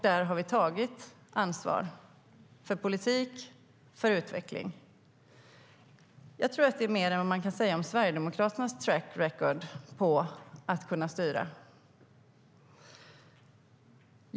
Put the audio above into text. Där har vi tagit ansvar för politik och utveckling. Jag tror att det är mer än vad man kan säga om Sverigedemokraternas track record på att kunna styra.